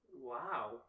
Wow